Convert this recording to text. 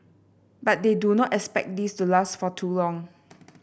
but they do not expect this to last for too long